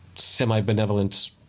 Semi-benevolent